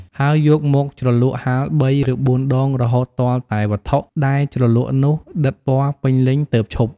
ហើយយកមកជ្រលក់ហាលបី ឬបួនដង រហូតទាល់តែវត្ថុដែលជ្រលក់នោះដិតពណ៌ពេញលេញទើបឈប់។